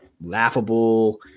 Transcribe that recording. laughable